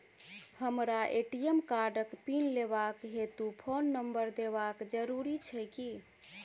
हमरा ए.टी.एम कार्डक पिन लेबाक हेतु फोन नम्बर देबाक जरूरी छै की?